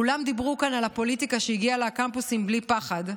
כולם דיברו כאן על הפוליטיקה שהגיעה לקמפוסים בלי פחד.